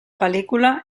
pel·lícula